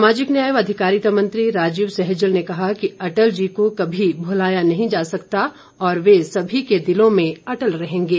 सामाजिक न्याय व अधिकारिता मंत्री राजीव सहजल ने कहा कि अटली जी को कभी भुलाया नहीं जा सकता और वे सभी के दिलों में अटल रहेंगे